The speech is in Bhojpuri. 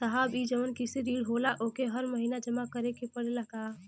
साहब ई जवन कृषि ऋण होला ओके हर महिना जमा करे के पणेला का?